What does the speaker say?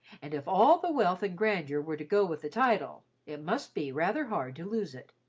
and if all the wealth and grandeur were to go with the title, it must be rather hard to lose it.